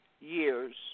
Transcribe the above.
years